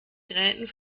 gräten